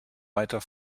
weiter